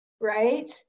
Right